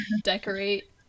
decorate